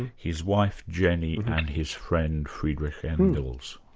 his wife, jenny, and his friend friederich engels.